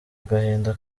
agahinda